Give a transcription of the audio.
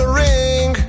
ring